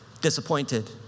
disappointed